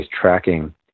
tracking